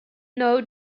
now